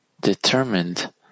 determined